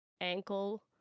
ankle